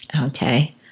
Okay